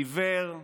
עיוור,